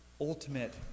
ultimate